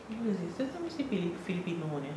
what is this this one mesti fili~ filipino punya